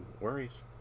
worries